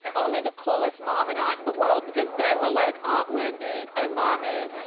and only the coolest mom and aunt in the world because they were like, aunt wendy and mommy,